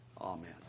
Amen